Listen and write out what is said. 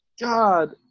God